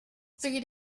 three